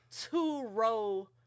two-row